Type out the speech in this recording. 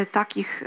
takich